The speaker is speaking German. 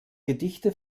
gedichte